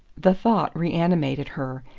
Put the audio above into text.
the thought reanimated her,